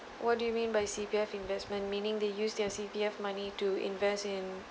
what do you mean by C_P_F investment meaning they use their C_P_F money to invest in